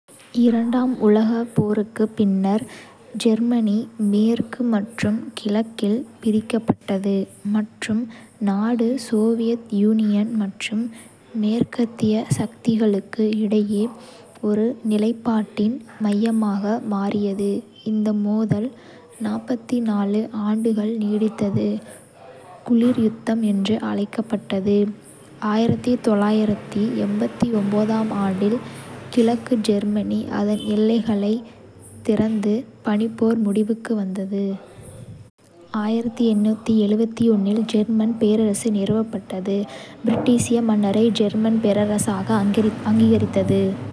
இரண்டாம் உலகப் போருக்குப் பின்னர், ஜேர்மனி மேற்கு மற்றும் கிழக்கில் பிரிக்கப்பட்டது, மற்றும் நாடு சோவியத் யூனியன் மற்றும் மேற்கத்திய சக்திகளுக்கு இடையே ஒரு நிலைப்பாட்டின் மையமாக மாறியது. இந்த மோதல், ஆண்டுகள் நீடித்தது, குளிர் யுத்தம் என்று அழைக்கப்பட்டது. ஆம் ஆண்டில், கிழக்கு ஜேர்மனி அதன் எல்லைகளைத் திறந்து, பனிப்போர் முடிவுக்கு வந்தது. இல் ஜெர்மன் பேரரசு நிறுவப்பட்டது பிரஷ்ய மன்னரை ஜெர்மன் பேரரசராக அங்கீகரித்தது.